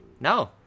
No